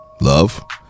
love